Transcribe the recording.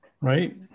right